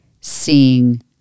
seeing